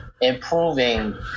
improving